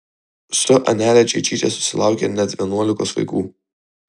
su anele čeičyte susilaukė net vienuolikos vaikų